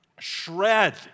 Shred